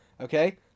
Okay